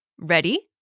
Ready